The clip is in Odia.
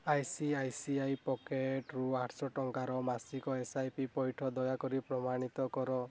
I C I C I ପକେଟ୍ରୁ ଆଠଶହ ଟଙ୍କାର ମାସିକ ଏସ୍ ଆଇ ପି ପଇଠ ଦୟାକରି ପ୍ରମାଣିତ କର